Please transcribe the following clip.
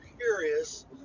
curious